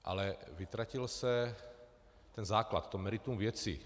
Ale vytratil se ten základ v tom meritu věci.